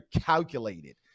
calculated